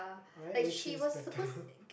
right which is better